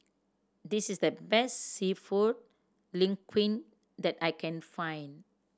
this is the best Seafood Linguine that I can find